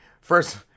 first